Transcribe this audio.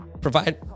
provide